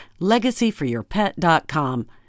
LegacyForYourPet.com